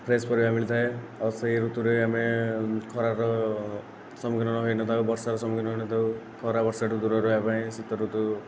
fresh ପରିବା ମିଳିଥାଏ ଆଉ ସେହି ଋତୁରେ ଆମେ ଖରାର ସମ୍ମୁଖୀନ ହୋଇନଥାଉ ବର୍ଷାର ସମ୍ମୁଖୀନ ହୋଇନଥାଉ ଖରା ବର୍ଷା ଠାରୁ ଦୂରରେ ରହିବା ପାଇଁ ଶୀତ ଋତୁ